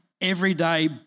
everyday